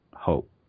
hope